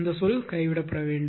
இந்த சொல் கைவிடப்பட வேண்டும்